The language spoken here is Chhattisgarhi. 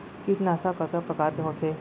कीटनाशक कतका प्रकार के होथे?